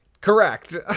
Correct